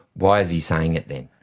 why is he saying it then?